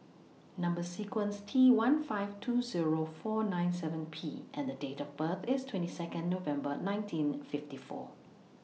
Number sequence T one five two Zero four nine seven P and Date of birth IS twenty Second November nineteen fifty four